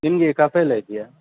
ನಿಮಗೆ ಕಫ ಎಲ್ಲ ಇದೆಯಾ